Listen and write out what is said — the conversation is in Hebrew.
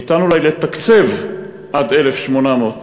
ניתן אולי לתקצב עד 1,800,